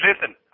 listen